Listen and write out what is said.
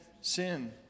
sin